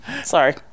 Sorry